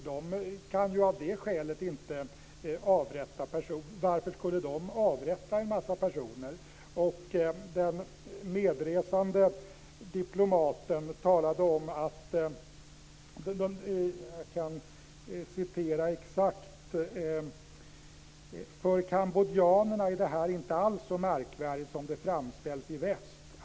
De kan av det skälet inte avrätta personer. Varför skulle de avrätta en massa personer? Den medresande diplomaten uttalade: "'För kambodjanerna är det här inte alls så märkvärdigt som det framställs i väst.'